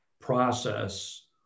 process